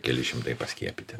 keli šimtai paskiepyti